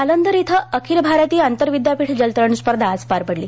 जालंधर इथं अखिल भारतीय आंतर विद्यापीठ जलतरण स्पर्धा आज पार पडली